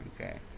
Okay